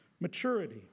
maturity